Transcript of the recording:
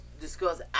discuss